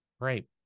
Great